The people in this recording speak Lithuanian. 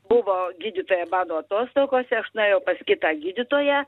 buvo gydytoja mano atostogose aš nuėjau pas kitą gydytoją